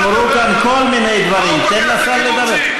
אמרו כאן כל מיני דברים, תן לשר לדבר.